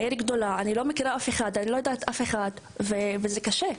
לא הכרתי אף אחד וזה קשה.